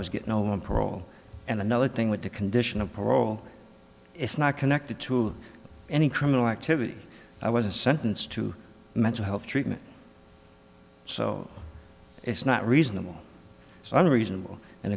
was getting on parole and another thing with the condition of parole is not connected to any criminal activity i was sentenced to mental health treatment so it's not reasonable so i'm reasonable and